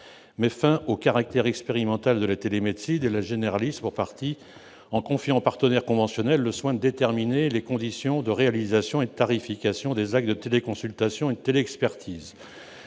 mais fin au caractère expérimental de la télémédecine la généraliste pour partie en confiant aux partenaires conventionnels le soin déterminer les conditions de réalisation et tarification des actes de téléconsultation était l'expertise